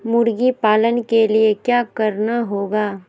मुर्गी पालन के लिए क्या करना होगा?